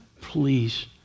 please